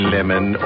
Lemon